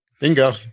Bingo